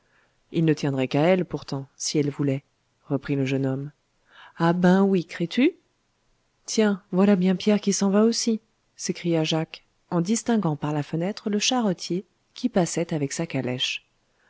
il ne tiendrait qu'à elle pourtant si elle voulait reprit le jeune homme ah ben oui crés tu tiens voilà bien pierre qui s'en va aussi s'écria jacques en distinguant par la fenêtre le charretier qui passait avec sa calèche